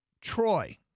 Troy